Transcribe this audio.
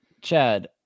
Chad